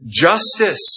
justice